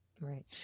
Right